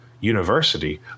university